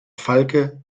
falke